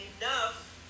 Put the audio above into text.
enough